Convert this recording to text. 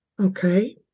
Okay